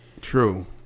True